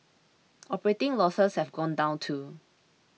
operating losses have gone down too